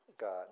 God